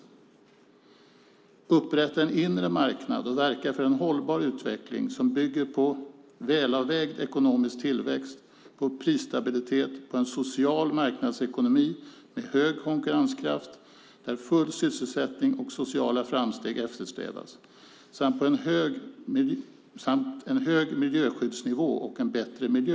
Unionen ska upprätta en inre marknad och verka för en hållbar utveckling som bygger på en välavvägd ekonomisk tillväxt, på prisstabilitet, på en social marknadsekonomi med hög konkurrenskraft där full sysselsättning och sociala framsteg eftersträvas, samt på en hög miljöskyddsnivå och en bättre miljö.